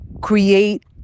create